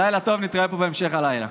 לילה טוב, נתראה פה בהמשך הלילה.